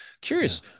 Curious